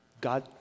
God